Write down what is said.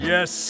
Yes